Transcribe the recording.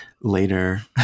later